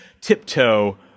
tiptoe